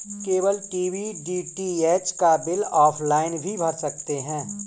cable TV DTH का bill offline भी भर सकते हैं